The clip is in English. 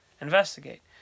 investigate